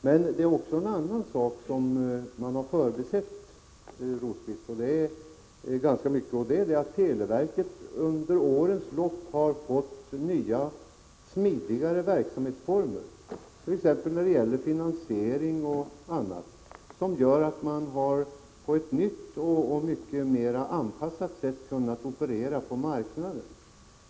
Men det är en annan sak som man har förbisett, Birger Rosqvist, och det är att televerket under årens lopp har fått nya, smidigare verksamhetsformer, t.ex. när det gäller finansiering, som gör att man på ett nytt och mera anpassat sätt har kunnat operera på marknaden.